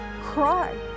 cry